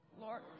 Lord